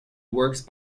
work